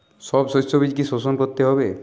সব শষ্যবীজ কি সোধন করতে হবে?